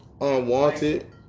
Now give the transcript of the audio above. unwanted